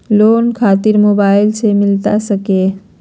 Loan खातिर mobile से मिलता सके?